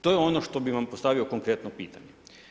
To je ono što bi vam postavio konkretno pitanje.